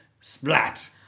splat